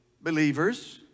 believers